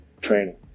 training